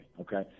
okay